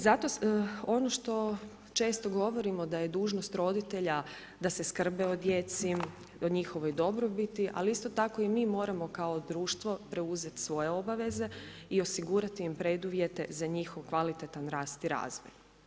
Zato ono što često govorimo da je dužnost roditelja da se skrbe o djeci, o njihovoj dobrobiti, ali isto tako i mi moramo kao društvo preuzet svoje obaveze i osigurati im preduvjete za njihov kvalitetan rast i razvoj.